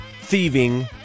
thieving